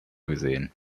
gesehen